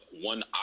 one